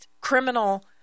criminal